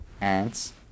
ants